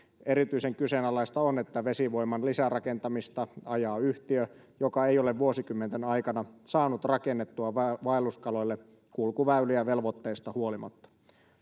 erityisen kyseenalaista on että vesivoiman lisärakentamista ajaa yhtiö joka ei ole vuosikymmenten aikana saanut rakennettua vaelluskaloille kulkuväyliä velvoitteista huolimatta